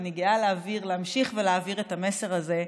ואני גאה להמשיך ולהעביר את המסר הזה,